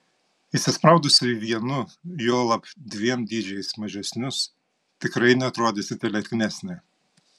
įsispraudusi į vienu juolab dviem dydžiais mažesnius tikrai neatrodysite lieknesnė